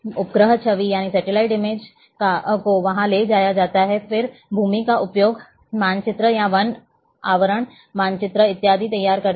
उपग्रह छवि को वहां ले जाया जाता है और फिर हम भूमि उपयोग मानचित्र या वन आवरण मानचित्र इत्यादि तैयार करते हैं